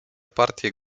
partie